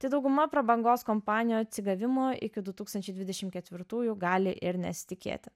tai dauguma prabangos kompanijų atsigavimo iki du tūkstančiai dvidešim ketvirtųjų gali ir nesitikėti